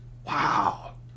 Wow